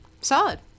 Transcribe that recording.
Solid